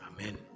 Amen